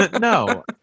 No